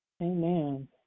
Amen